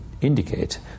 indicate